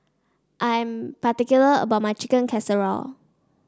I'm particular about my Chicken Casserole